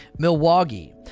Milwaukee